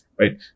Right